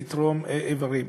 לתרום איברים.